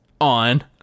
on